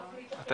סדרה שהיא